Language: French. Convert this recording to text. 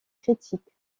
critiques